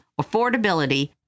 affordability